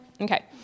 Okay